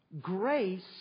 grace